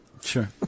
Sure